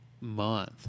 month